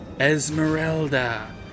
Esmeralda